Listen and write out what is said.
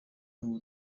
ubu